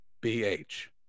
B-H